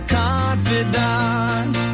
confidant